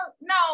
no